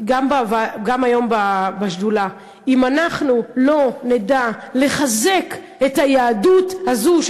היום בשדולה: אם לא נדע לחזק את היהדות הזאת,